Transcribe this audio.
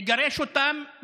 מגרש אותם,